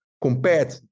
compared